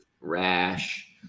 rash